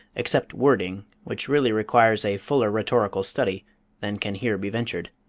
except wording, which really requires a fuller rhetorical study than can here be ventured.